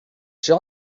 czy